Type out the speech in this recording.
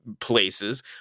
places